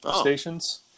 stations